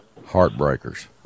Heartbreakers